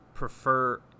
prefer